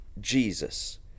Jesus